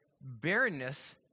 barrenness